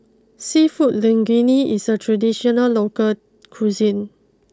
Seafood Linguine is a traditional local cuisine